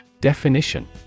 Definition